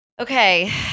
Okay